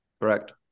Correct